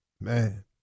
Man